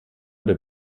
oder